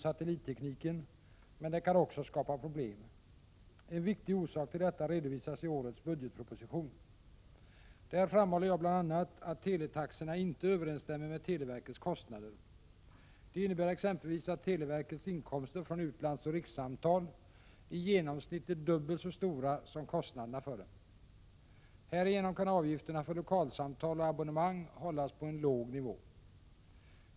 satellittekniken, men den kan också skapa problem. En viktig orsak till detta redovisas i årets budgetproposition. Där framhåller jag bl.a. att teletaxorna inte överensstämmer med televerkets kostnader. Det innebär exempelvis att televerkets inkomster från utlandsoch rikssamtal i genomsnitt är dubbelt så stora som kostnaderna för dem. Härigenom kan avgifterna för lokalsamtal och abonnemang hållas på en låg nivå.